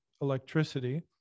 electricity